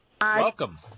Welcome